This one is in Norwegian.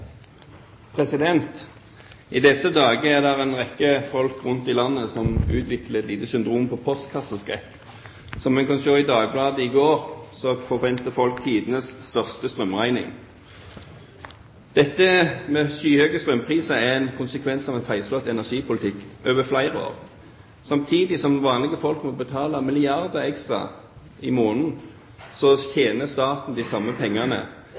I disse dager er det en rekke folk rundt i landet som utvikler et lite syndrom: postkasseskrekk. Som vi kan se i Dagbladet i går, forventer folk tidenes største strømregning. Skyhøye strømpriser er en konsekvens av en feilslått energipolitikk over flere år. Samtidig som vanlige folk må betale milliarder ekstra i måneden, tjener staten de samme pengene